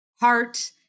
heart